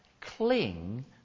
cling